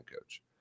coach